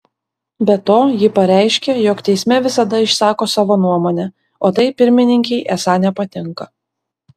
be to ji pareiškė jog teisme visada išsako savo nuomonę o tai pirmininkei esą nepatinka